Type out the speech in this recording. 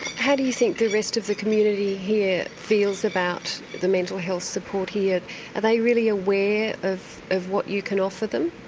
how do you think the rest of the community here feels about the mental health support here, are they really aware of of what you can offer them?